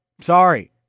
Sorry